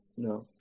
No